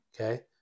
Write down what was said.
Okay